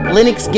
Linux